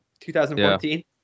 2014